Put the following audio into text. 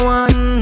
one